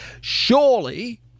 Surely